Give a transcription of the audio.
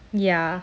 ya